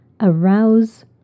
arouse